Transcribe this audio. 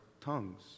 tongues